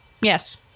Yes